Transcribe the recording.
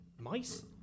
Mice